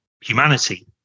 humanity